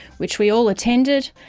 which we all attended.